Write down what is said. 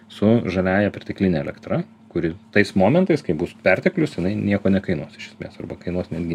su žaliąja pertekline elektra kuri tais momentais kai bus perteklius jinai nieko nekainuos nes arba kainuos netgi